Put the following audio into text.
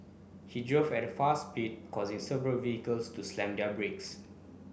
he drove at a fast speed causing several vehicles to slam their brakes